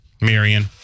Marion